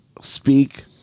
speak